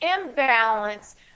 imbalance